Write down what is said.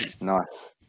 nice